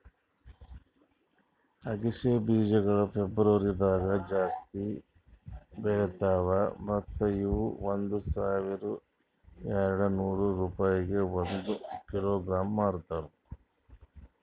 ಅಗಸಿ ಬೀಜಗೊಳ್ ಫೆಬ್ರುವರಿದಾಗ್ ಜಾಸ್ತಿ ಬೆಳಿತಾವ್ ಮತ್ತ ಇವು ಒಂದ್ ಸಾವಿರ ಎರಡನೂರು ರೂಪಾಯಿಗ್ ಒಂದ್ ಕಿಲೋಗ್ರಾಂಗೆ ಮಾರ್ತಾರ